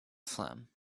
phlegm